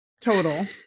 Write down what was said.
total